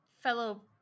fellow